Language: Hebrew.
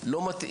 ולכן אני אומר,